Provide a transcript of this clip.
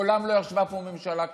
מעולם לא ישבה פה ממשלה כזאת,